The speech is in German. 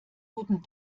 guten